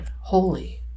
holy